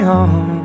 on